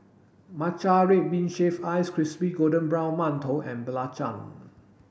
Matcha red bean shaved ice crispy golden brown mantou and Belacan